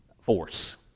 force